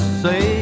say